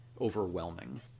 overwhelming